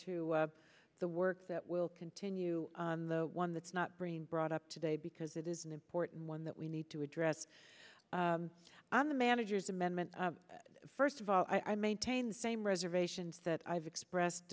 to the work that will continue on the one that's not bringing brought up today because it is an important one that we need to address on the manager's amendment first of all i maintain the same reservations that i've expressed